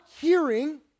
hearing